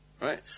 right